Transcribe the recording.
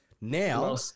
Now